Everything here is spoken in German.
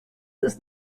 ist